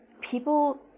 people